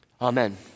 Amen